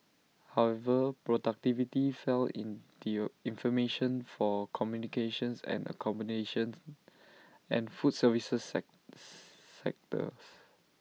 however productivity fell in the information for communications and accommodations and food services sectors